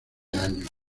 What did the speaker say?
años